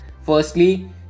Firstly